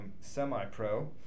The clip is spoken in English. Semi-Pro